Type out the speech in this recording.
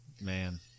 Man